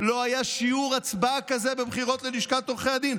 לא היה שיעור הצבעה כזה בבחירות ללשכת עורכי הדין,